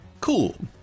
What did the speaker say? Cool